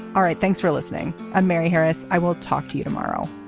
all right. thanks for listening. i'm mary harris. i will talk to you tomorrow